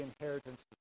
inheritance